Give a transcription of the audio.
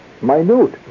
minute